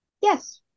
yes